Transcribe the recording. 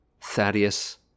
Thaddeus